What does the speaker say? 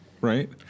right